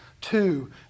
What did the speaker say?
two